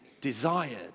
desired